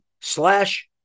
slash